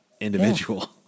individual